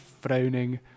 frowning